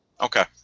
Okay